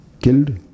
killed